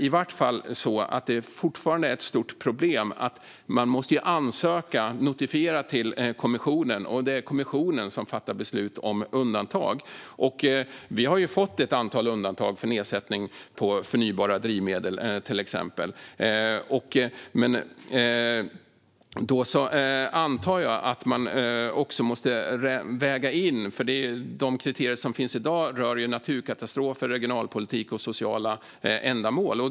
Fortfarande är det ett stort problem att man måste ansöka, notifiera, till kommissionen. Och det är kommissionen som fattar beslut om undantag. Vi har fått ett antal undantag för nedsättning i fråga om till exempel förnybara drivmedel. Men jag antar att man måste väga in vissa saker, eftersom de kriterier som finns i dag rör naturkatastrofer, regionalpolitik och sociala ändamål.